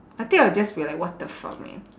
I think I'll just be like what the fuck man